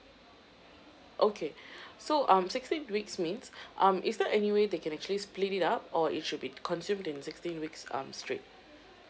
okay so um sixteen weeks means um is there any way they can actually split it up or it should be consumed in sixteen weeks um straight